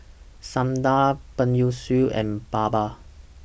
Sundar Peyush and Baba